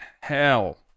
hell